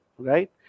Right